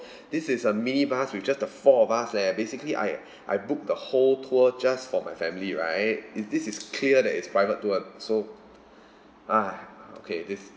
this is a minibus with just the four of us leh basically I I booked the whole tour just for my family right it this is clear that it's private tour so !aiya! okay